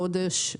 גודש,